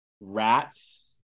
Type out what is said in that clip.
rats